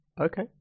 Okay